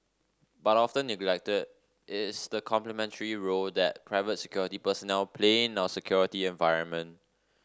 but often neglected is the complementary role that private security personnel play in our security environment